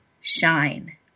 shine